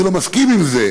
אני לא מסכים עם זה,